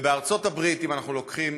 בארצות-הברית, אם אנחנו לוקחים